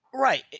Right